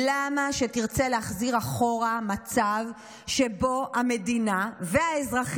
למה שתרצה להחזיר אחורה מצב שבו המדינה והאזרחים,